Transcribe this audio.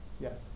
Yes